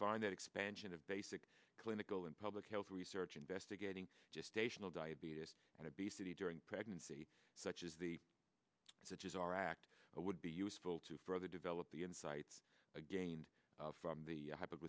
find that expansion of basic clinical and public health research investigating just ational diabetes and obesity during pregnancy such as the such is our act would be useful to further develop the insights again from the